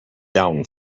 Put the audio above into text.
down